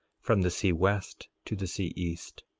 from the sea west to the sea east.